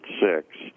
six